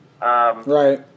Right